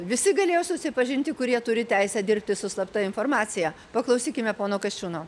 visi galėjo susipažinti kurie turi teisę dirbti su slapta informacija paklausykime pono kasčiūno